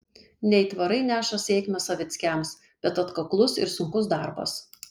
ne aitvarai neša sėkmę savickiams bet atkaklus ir sunkus darbas